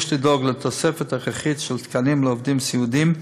יש לדאוג לתוספת הכרחית של תקנים לעובדים סיעודיים,